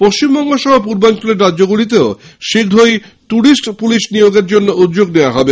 পশ্চিমবঙ্গ সহ পূর্বাঞ্চলের রাজ্যগুলিতেও শীঘ্রই টুরিস্ট পুলিশ নিয়োগের জন্য উদ্যোগ নেওয়া হচ্ছে